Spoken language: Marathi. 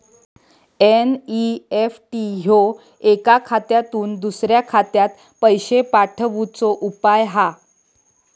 एन.ई.एफ.टी ह्यो एका खात्यातुन दुसऱ्या खात्यात पैशे पाठवुचो उपाय हा